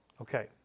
Okay